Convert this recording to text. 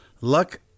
Luck